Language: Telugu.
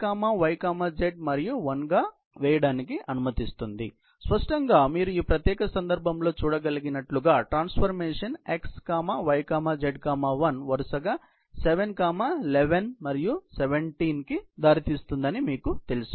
కాబట్టి దీనిని x y z మరియు 1 గా వేయడానికి అనుమతిస్తుంది స్పష్టంగా మీరు ఈ ప్రత్యేక సందర్భంలో చూడగలిగినట్లుగా ట్రాన్సఫార్మేషన్ x y z 1 వరుసగా 7 11 మరియు 17 కి దారితీస్తుందని మీకు తెలుసు